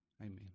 Amen